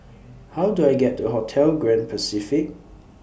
How Do I get to Hotel Grand Pacific